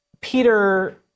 Peter